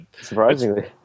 surprisingly